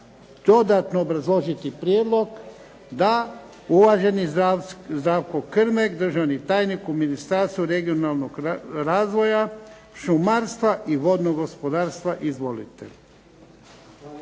dodatno obrazložiti prijedlog? Da. Uvaženi Zdravko Krmek, državni tajnik u Ministarstvu regionalnog razvoja, šumarstva i vodnog gospodarstva. Izvolite.